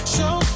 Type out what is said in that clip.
Show